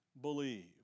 believe